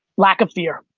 lack of fear.